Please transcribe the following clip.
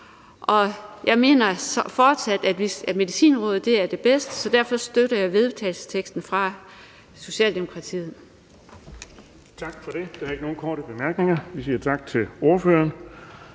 Jeg mener fortsat, at Medicinrådet er det bedste, så derfor støtter jeg forslaget til vedtagelse fra Socialdemokratiet.